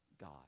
God